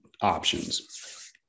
options